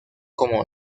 como